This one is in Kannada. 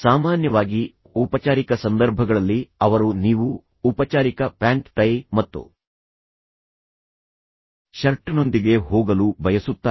ಸಾಮಾನ್ಯವಾಗಿ ಔಪಚಾರಿಕ ಸಂದರ್ಭಗಳಲ್ಲಿ ಅವರು ನೀವು ಔಪಚಾರಿಕ ಪ್ಯಾಂಟ್ ಟೈ ಮತ್ತು ಶರ್ಟ್ನೊಂದಿಗೆ ಹೋಗಲು ಬಯಸುತ್ತಾರೆ